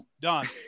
done